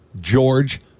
George